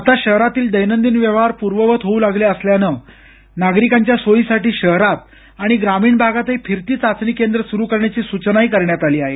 आता शहरातील दैनंदिन व्यवहार पूर्ववत होऊ लागले असल्यानं नागरिकांच्या सोयीसाठी शहरात आणि ग्रामीण भागातही फिरती चाचणी केंद्र सुरु करण्याची सूचनाही करण्यात आली आहे